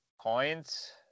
points